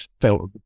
felt